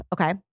Okay